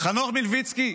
חנוך מלביצקי,